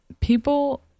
people